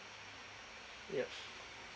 yup